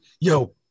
Yo